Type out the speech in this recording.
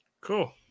Cool